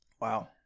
Wow